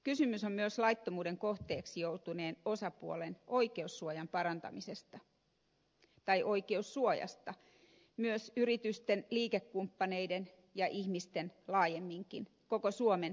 kysymys on myös laittomuuden kohteeksi joutuneen osapuolen oikeussuojasta myös yritysten liikekumppaneiden ja ihmisten laajemminkin koko suomen yrityskentässä